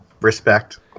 Respect